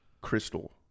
crystal